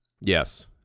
Yes